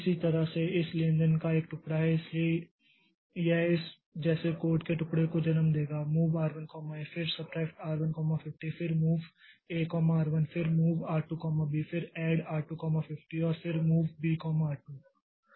इसी तरह से इस लेन देन का एक टुकड़ा है इसलिए यह इस जैसे कोड के टुकड़े को जन्म देगा MOV R 1 A फिर subtract R 1 50 फिर MOV A R 1 फिर MOV R 2 B फिर ADD R2 50 और फिर MOV B R2